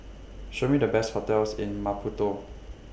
Show Me The Best hotels in Maputo